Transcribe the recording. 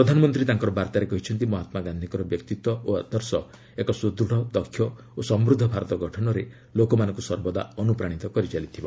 ପ୍ରଧାନମନ୍ତ୍ରୀ ତାଙ୍କର ବାର୍ତ୍ତାରେ କହିଛନ୍ତି ମହାତ୍ମା ଗାନ୍ଧୀଙ୍କର ବ୍ୟକ୍ତିତ୍ୱ ଓ ଆଦର୍ଶ ଏକ ସୁଦୃଢ଼ ଦକ୍ଷ ଓ ସମୃଦ୍ଧ ଭାରତ ଗଠନରେ ଲୋକମାନଙ୍କୁ ସର୍ବଦା ଅନ୍ତ୍ରପ୍ରାଣିତ କରିଚାଲିଥିବ